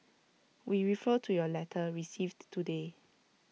we refer to your letter received today